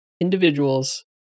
individuals